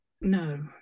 No